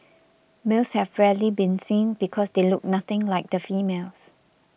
males have rarely been seen because they look nothing like the females